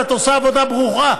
ואת עושה עבודה ברוכה,